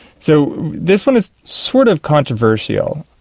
so this one is sort of controversial.